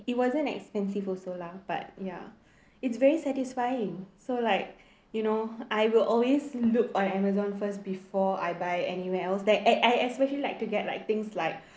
it wasn't expensive also lah but ya it's very satisfying so like you know I will always look on Amazon first before I buy anywhere else that I especially like to get like things like